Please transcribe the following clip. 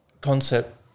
concept